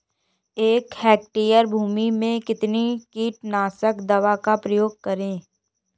एक हेक्टेयर भूमि में कितनी कीटनाशक दवा का प्रयोग करें?